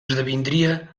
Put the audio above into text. esdevindria